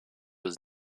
was